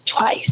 Twice